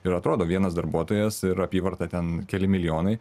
ir atrodo vienas darbuotojas ir apyvarta ten keli milijonai